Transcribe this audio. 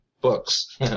Books